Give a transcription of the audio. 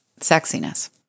sexiness